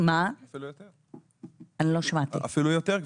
אפילו יותר, גבירתי.